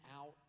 out